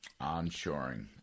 Onshoring